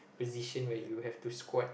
position where you have to squat